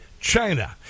China